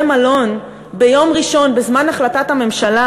מלון ביום ראשון בזמן החלטת הממשלה,